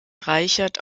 reichert